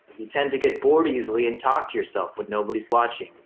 you tend to get bored easily and talk to yourself, but nobody's watching,